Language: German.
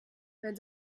wenn